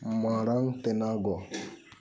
ᱢᱟᱲᱟᱝ ᱛᱮᱱᱟᱜ